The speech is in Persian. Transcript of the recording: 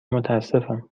متاسفم